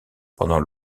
pendant